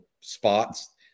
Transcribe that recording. spots